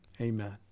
amen